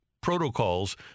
protocols